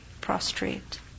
prostrate